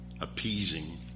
appeasing